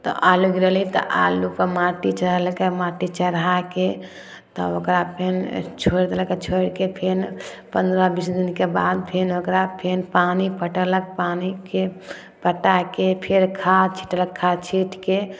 तऽ आलू गिरेली तऽ आलूपर माटि चढ़ेलकै माटि चढ़ाके तब ओकरा फेन छोड़ि देलक छोड़िके फेन पनरह बीस दिन बाद फेन ओकरा फेन पानी पटौलक पानीके पटाके फेर खाद छिटलक खाद छीटिके